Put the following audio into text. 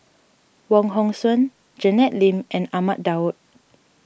Wong Hong Suen Janet Lim and Ahmad Daud